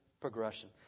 progression